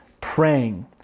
praying